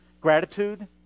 gratitude